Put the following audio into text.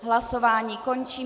Hlasování končím.